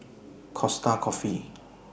Costa Coffee